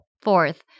Fourth